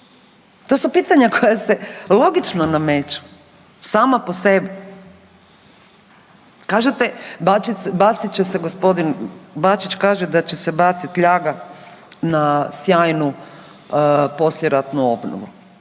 To su pitanja koja se logično nameću sama po sebi. Kažete bacit će se, gospodin Bačić kaže da će se baciti ljaga na sjajnu poslijeratnu obnovu.